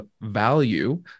value